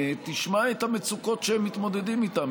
תשמע על המצוקות שהם מתמודדים איתן,